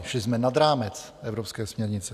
Šli jsme nad rámec evropské směrnice.